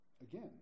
Again